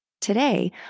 Today